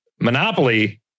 Monopoly